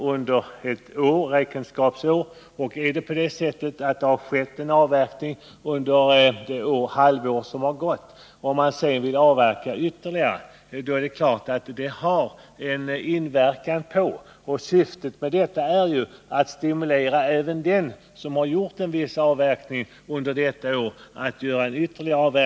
Syftet med förslaget är att stimulera även de skogsägare som har gjort viss avverkning under räkenskapsåret att göra ytterligare avverkningar. Därför kan man inte säga att förslaget har retroaktiv verkan annat än i undantagsfall.